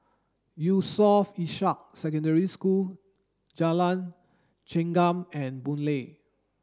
Yusof Ishak Secondary School Jalan Chengam and Boon Lay